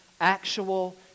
actual